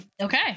Okay